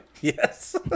Yes